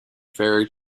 very